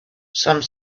some